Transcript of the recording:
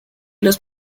los